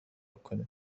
کنید